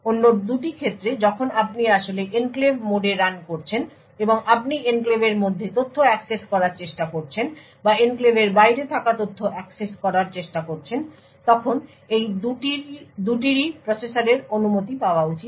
অন্য দুটি ক্ষেত্রে যখন আপনি আসলে এনক্লেভ মোডে রান করছেন এবং আপনি এনক্লেভের মধ্যে তথ্য অ্যাক্সেস করার চেষ্টা করছেন বা এনক্লেভের বাইরে থাকা তথ্য অ্যাক্সেস করার চেষ্টা করছেন তাখন এই দুটিরই প্রসেসরের অনুমতি পাওয়া উচিত